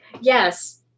yes